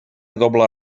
doble